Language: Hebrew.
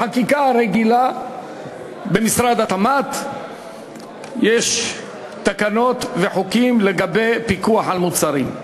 בחקיקה הרגילה במשרד התמ"ת יש תקנות וחוקים לגבי פיקוח על מוצרים.